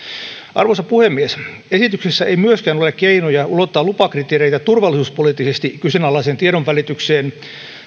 arvoisa puhemies esityksessä ei myöskään ole keinoja ulottaa lupakriteereitä turvallisuuspoliittisesti kyseenalaiseen tiedonvälitykseen